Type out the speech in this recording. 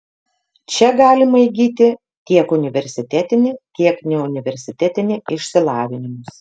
čia galima įgyti tiek universitetinį tiek neuniversitetinį išsilavinimus